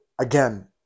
Again